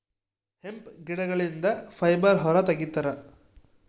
hemp ಗಿಡಗಳಿಂದ fibre ಹೊರ ತಗಿತರೆ